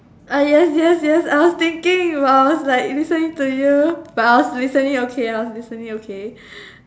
ah yes yes yes I was thinking but I was like listening to you but I was listening okay I was listening okay